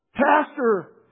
Pastor